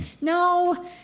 no